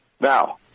Now